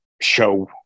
show